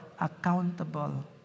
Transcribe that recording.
accountable